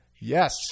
Yes